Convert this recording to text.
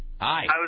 Hi